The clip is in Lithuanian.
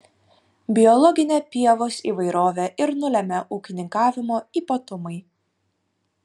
biologinę pievos įvairovę ir nulemia ūkininkavimo ypatumai